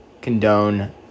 condone